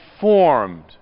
formed